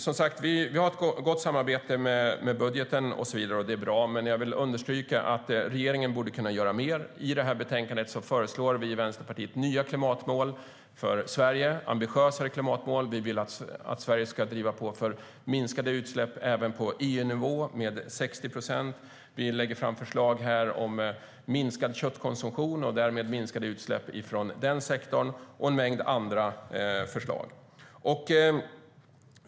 Som sagt har vi ett gott samarbete om budgeten och så vidare, och det är bra. Men jag vill understryka att regeringen borde kunna göra mer. I det här betänkandet föreslår vi i Vänsterpartiet nya ambitiösare klimatmål för Sverige. Vi vill att Sverige ska driva på för minskade utsläpp även på EU-nivå med 60 procent. Vi lägger fram förslag om minskad köttkonsumtion och därmed minskade utsläpp från den sektorn samt en mängd andra förslag.